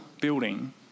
building